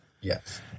Yes